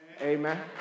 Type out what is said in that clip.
Amen